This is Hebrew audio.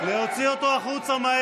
להוציא אותו מהר החוצה.